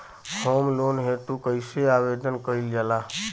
Home loan हेतु कइसे आवेदन कइल जाला?